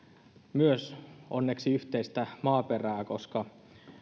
myös onneksi yhteistä maaperää koska